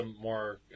more